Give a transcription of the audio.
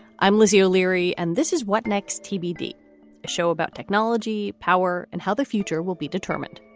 i'm lizzie o'leary and this is what next tbd show about technology, power and how the future will be determined.